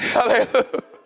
Hallelujah